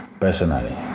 Personally